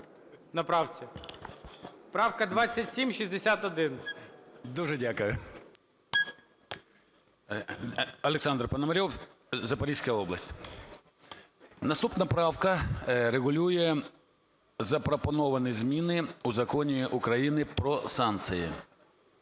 ПОНОМАРЬОВ О.С. Дуже дякую. Олександр Пономарьов, Запорізька область. Наступна правка регулює запропоновані зміни у Законі України "Про санкції".